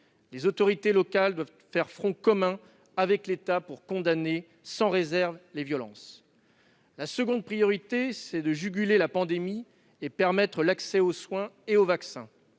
Les autorités locales doivent faire front commun avec l'État pour condamner sans réserve les violences. La seconde priorité, c'est de juguler la pandémie et de permettre l'accès aux soins et aux vaccins.